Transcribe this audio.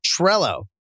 Trello